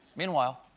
meanwhile,